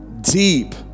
deep